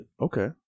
Okay